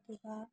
ꯑꯗꯨꯒ